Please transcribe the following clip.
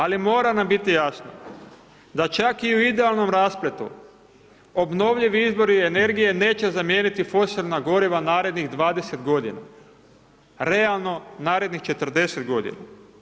Ali mora nam biti jasno da čak i u idealnom raspletu obnovljivi izbori energije neće zamijeniti fosilna goriva narednih 20 godina, realno narednih 40 godina.